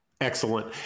Excellent